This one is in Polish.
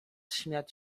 śmiać